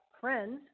friends